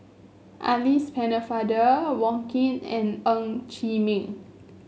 Alice Pennefather Wong Keen and Ng Chee Meng